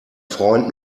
freund